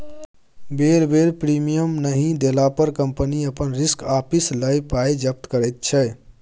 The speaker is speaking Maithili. बेर बेर प्रीमियम नहि देला पर कंपनी अपन रिस्क आपिस लए पाइ जब्त करैत छै